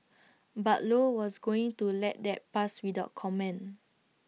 but low was going to let that pass without comment